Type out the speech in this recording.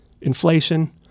inflation